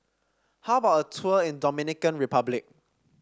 how about a tour in Dominican Republic